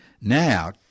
Now